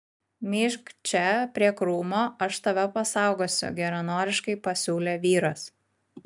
myžk čia prie krūmo aš tave pasaugosiu geranoriškai pasiūlė vyras